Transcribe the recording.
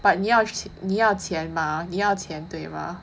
but 你 q~ 你要钱你要钱吗